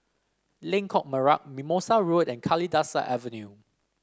Lengkok Merak Mimosa Road and Kalidasa Avenue